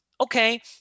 okay